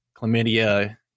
chlamydia